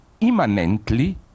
immanently